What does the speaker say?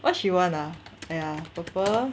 what she want ah !aiya! purple